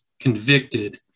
convicted